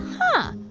huh.